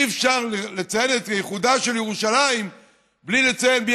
אי-אפשר לציין את איחודה של ירושלים בלי לציין מי